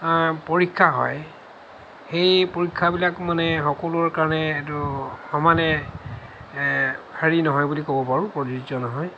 পৰীক্ষা হয় সেই পৰীক্ষাবিলাক মানে সকলোৰে কাৰণে এইটো সমানে হেৰি নহয় বুলি ক'ব পাৰোঁ প্ৰযোজ্য় নহয়